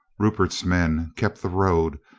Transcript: rupert's men kept the road,